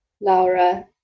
Laura